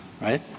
right